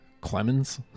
Clemens